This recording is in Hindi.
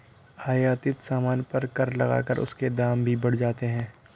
आयातित सामान पर कर लगाकर उसके दाम भी बढ़ जाते हैं